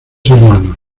hermanos